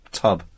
tub